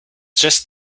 just